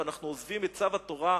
ואנחנו עוזבים את צו התורה,